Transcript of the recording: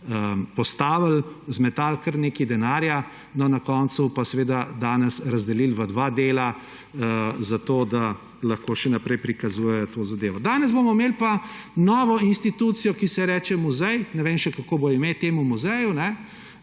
postavili, zmetali kar nekaj denarja, na koncu pa danes razdelili v dva dela, zato da lahko še naprej prikazujejo to zadevo. Danes bomo imeli pa novo institucijo, ki se ji reče muzej, ne vem še, kako bo ime temu muzeju,